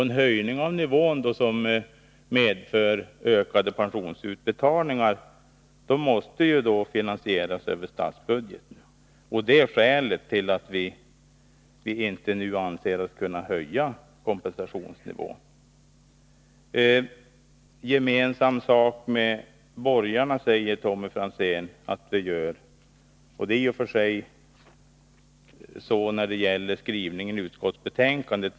En höjning av kompensationsnivån som medför ökade pensionsutbetalningar måste därför finansieras över statsbudgeten. Det är skälet till att vi inte nu anser oss kunna höja kompensationsnivån. Tommy Franzén säger att vi gör gemensam sak med borgarna, och det är i och för sig så när det gäller skrivningen i utskottsbetänkandet.